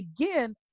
again